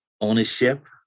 Ownership